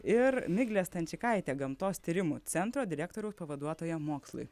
ir miglę stančikaitę gamtos tyrimų centro direktoriaus pavaduotoją mokslui